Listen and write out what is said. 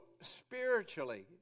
spiritually